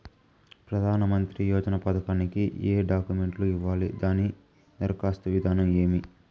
ప్రధానమంత్రి యోజన పథకానికి ఏ డాక్యుమెంట్లు ఇవ్వాలి దాని దరఖాస్తు విధానం ఏమి